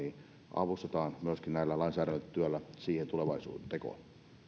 avustetaan myöskin tällä lainsäädäntötyöllä siihen tulevaisuuden tekoon